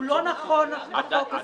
הוא לא נכון בחוק הזה,